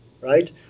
right